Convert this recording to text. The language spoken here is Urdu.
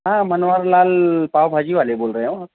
ہاں منوہر لال پاؤ بھاجی والے بول رہے ہو